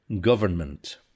Government